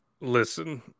listen